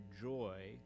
joy